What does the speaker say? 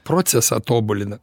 procesą tobulina